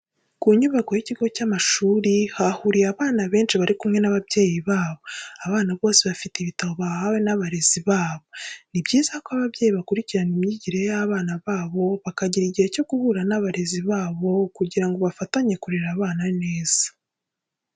Ku nyubako y'ikigo cy'amashuri ahuriye abana benshi bari kumwe n'ababyeyi babo, abana bose bafite ibitabo bahawe n'abarezi babo. Ni byiza ko ababyeyi bakurikirana imyigire y'abana babo bakagira igihe cyo guhura n'abarezi babo kugira ngo bafatanye kurera abana neza.